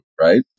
Right